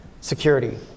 security